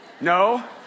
No